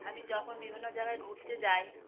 আমি যখন বিভিন্ন জায়গায় ঘুরতে যাই